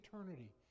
eternity